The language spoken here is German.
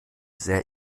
sehr